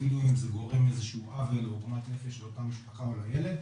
אפילו אם זה גורם איזה עוול או עגמת נפש לאותה משפחה או לילד.